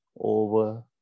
over